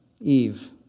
Eve